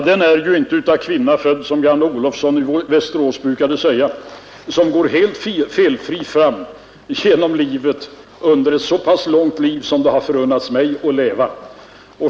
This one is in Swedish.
Den är inte av kvinna född — som gamle Olovson i Västerås brukade säga — som går helt felfri fram genom livet under ett så pass långt liv som det som har förunnats mig att leva.